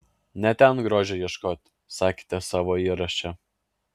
ne ten grožio ieškot sakėte savo įraše